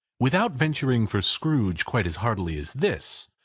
without venturing for scrooge quite as hardily as this,